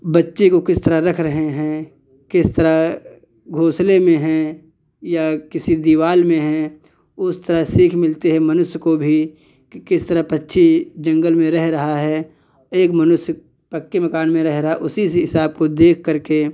बच्चे को किस तरह रख रहे हैं किस तरह घोंसले में हैं या किसी दिवाल में हैं उस तरह सीख मिलती है मनुष्य को भी कि किस तरह पक्षी जंगल में रह रहा है एक मनुष्य पक्के मकान में रह रहा है उसी से हिसाब को देखकर के